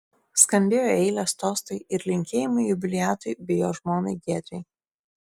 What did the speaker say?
skambėjo eilės tostai ir linkėjimai jubiliatui bei jo žmonai giedrei